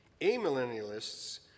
Amillennialists